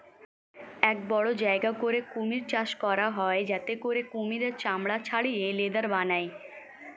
এক বড় জায়গা করে কুমির চাষ করা হয় যাতে করে কুমিরের চামড়া ছাড়িয়ে লেদার বানায়